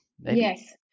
Yes